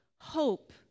hope